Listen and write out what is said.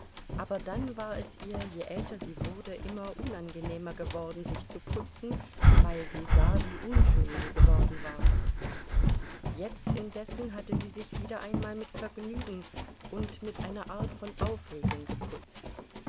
aber dann war es ihr je älter sie wurde immer unangenehmer geworden sich zu putzen weil sie sah wie unschön sie geworden war jetzt indessen hatte sie sich wieder einmal mit vergnügen und mit einer art von aufregung geputzt